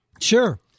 Sure